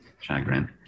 chagrin